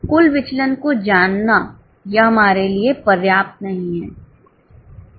इसलिए कुल विचलन को जानना यह हमारे लिए पर्याप्त नहीं है